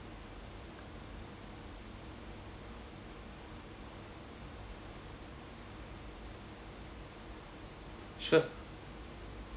sure